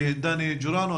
דני ז'ורנו,